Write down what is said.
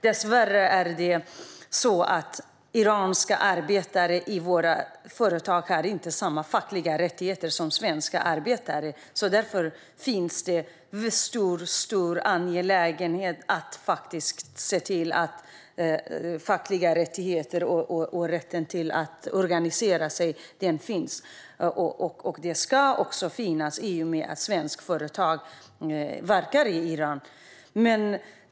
Dessvärre har iranska arbetare i våra företag inte samma fackliga rättigheter som svenska arbetare. Därför är det angeläget att se till att fackliga rättigheter och rätten att organisera sig finns. Den rätten ska finnas också i och med att svenska företag verkar i Iran.